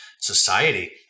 society